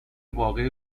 واقعی